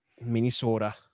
Minnesota